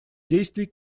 действий